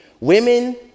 women